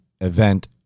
event